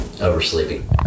Oversleeping